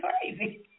crazy